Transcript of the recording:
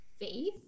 faith